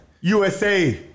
USA